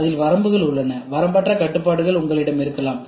அதில் வரம்புகள் உள்ளன வரம்பற்ற கட்டுப்பாடுகள் உங்களிடம் இருக்கலாம்